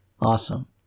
Awesome